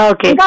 Okay